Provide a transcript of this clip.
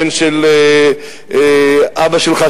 הבן של אבא שלך,